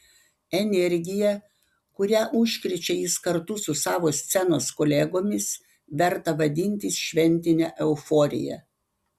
energija kuria užkrečia jis kartu su savo scenos kolegomis verta vadintis šventine euforija